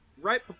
right